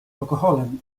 alkoholem